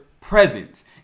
presence